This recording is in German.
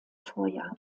vorjahr